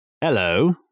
Hello